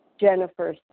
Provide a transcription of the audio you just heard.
Jennifer